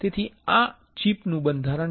તેથી આ આ ચિપ નું બંધારણ છે